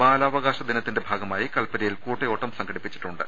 ബാലാവകാശ ദിനത്തിന്റെ ഭാഗമായി കൽപ്പറ്റയിൽ കൂട്ടയോട്ടം സംഘടിപ്പിച്ചിട്ടുണ്ട്